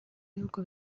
ibihugu